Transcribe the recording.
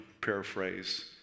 paraphrase